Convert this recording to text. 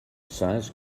size